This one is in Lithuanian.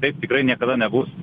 taip tikrai niekada nebus